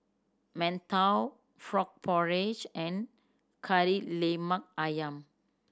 mantou frog porridge and Kari Lemak Ayam